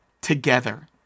Together